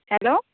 hello